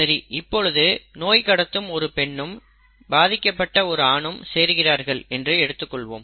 சரி இப்பொழுது நோய் கடத்தும் ஒரு பெண்ணும் பாதிக்கப்பட்ட ஒரு ஆணும் சேர்கிறார்கள் என்று எடுத்துக்கொள்வோம்